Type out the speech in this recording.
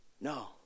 No